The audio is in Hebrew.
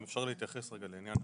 אם אפשר להתייחס לעניין.